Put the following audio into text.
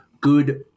good